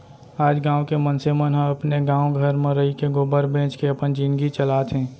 आज गॉँव के मनसे मन ह अपने गॉव घर म रइके गोबर बेंच के अपन जिनगी चलात हें